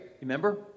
Remember